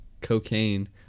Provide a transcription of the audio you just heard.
cocaine